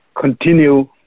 continue